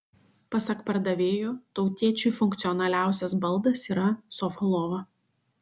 pasak pardavėjų tautiečiui funkcionaliausias baldas yra sofa lova